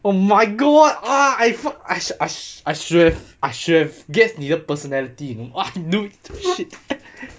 oh my god ah I should I should I should have guessed 你的 personality !wah! noob shit